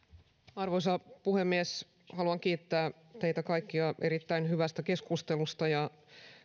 arvoisa puhemies haluan kiittää teitä kaikkia erittäin hyvästä keskustelusta